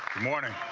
morning,